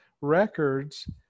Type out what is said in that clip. records